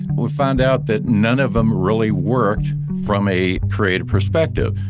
we found out that none of them really worked from a creative perspective.